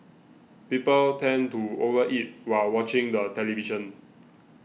people tend to over eat while watching the television